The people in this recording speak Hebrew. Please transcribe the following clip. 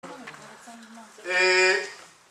אהההה